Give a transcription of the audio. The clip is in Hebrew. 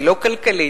לא כלכלית,